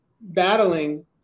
battling